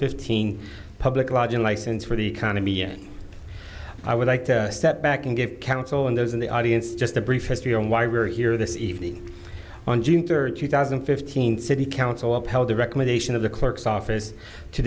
fifteen public lodging license for the economy and i would like to step back and give counsel and those in the audience just a brief history on why we're here this evening on june third two thousand and fifteen city council upheld the recommendation of the clerk's office to